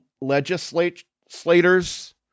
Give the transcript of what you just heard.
legislators